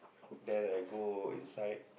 then I go inside